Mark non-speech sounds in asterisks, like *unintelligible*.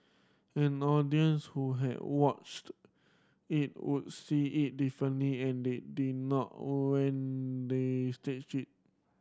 an audience who had watched it would see it differently and they did not *unintelligible* they staged it